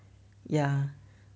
ya